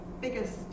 biggest